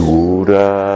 Sura